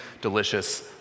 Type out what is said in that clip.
delicious